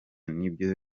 n’ibyo